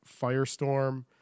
Firestorm